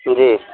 جی